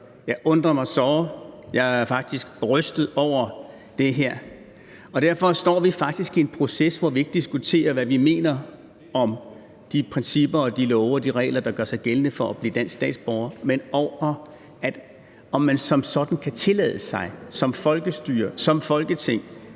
Jeg undrer mig såre, jeg er faktisk rystet over det her. Og derfor står vi faktisk i en proces, hvor vi ikke diskuterer, hvad vi mener om de principper og de love og de regler, der gør sig gældende for at blive dansk statsborger, men om man som sådan kan tillade sig som folkestyre – som Folketing